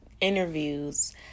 interviews